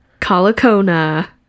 Kalakona